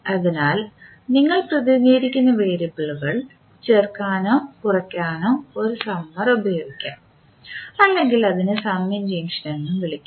അതിനാൽ നിങ്ങൾ പ്രതിനിധീകരിക്കുന്ന വേരിയബിളുകൾ ചേർക്കാനോ കുറയ്ക്കാനോ ഒരു സമ്മർ ഉപയോഗിക്കാം അല്ലെങ്കിൽ അതിനെ സമ്മിംഗ് ജംഗ്ഷൻ എന്നും വിളിക്കാം